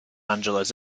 angeles